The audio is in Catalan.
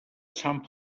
sant